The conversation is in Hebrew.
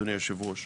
אדוני יושב הראש.